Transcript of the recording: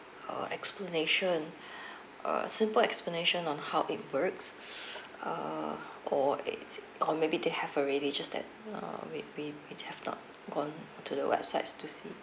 err explanation a simple explanation on how it works err or it's or maybe they have already just that uh we we we have not gone to the websites to see